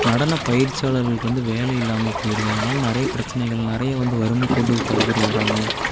நடனப்பயிற்சியாளர்களுக்கு வந்து வேலை இல்லாமல் போயிடுது அதனால நிறைய பிரச்சனைகள் நிறைய வந்து வறுமைக்கோட்டுக்கு பாதி பேர் வராங்க